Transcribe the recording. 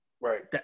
Right